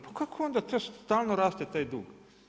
Pa kako onda stalno raste taj dug?